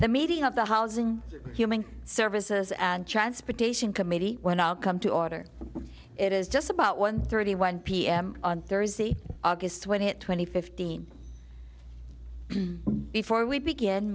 the meeting of the housing human services and transportation committee when i'll come to order it is just about one thirty one p m on thursday august when it twenty fifteen before we begin